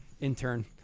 intern